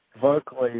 vocally